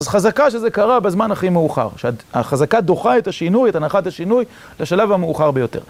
אז חזקה שזה קרה בזמן הכי מאוחר, שהחזקה דוחה את השינוי, את הנחת השינוי, לשלב המאוחר ביותר.